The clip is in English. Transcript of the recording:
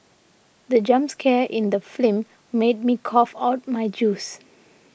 the jump scare in the film made me cough out my juice